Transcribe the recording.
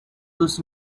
was